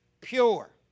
pure